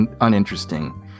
uninteresting